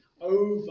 over